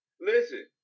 listen